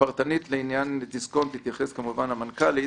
פרטנית לעניין דיסקונט תתייחס המנכ"לית.